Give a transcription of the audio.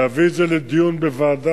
להביא את זה לדיון בוועדה.